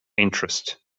interest